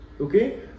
Okay